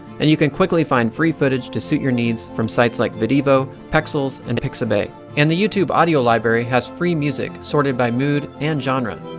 and you can quickly find free footage to suit your needs from sites like videvo, pexels, and pixabay. and the youtube audio library has free music sorted by mood and genre.